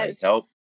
help